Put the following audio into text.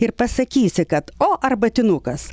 ir pasakysi kad o arbatinukas